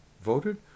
voted